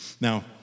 Now